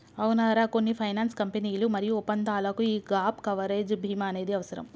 అవునరా కొన్ని ఫైనాన్స్ కంపెనీలు మరియు ఒప్పందాలకు యీ గాప్ కవరేజ్ భీమా అనేది అవసరం